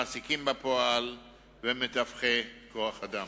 מעסיקים בפועל ומתווכי כוח-אדם.